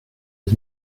his